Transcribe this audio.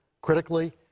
critically